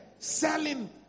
selling